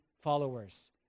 followers